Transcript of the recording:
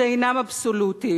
שאינם אבסולוטיים.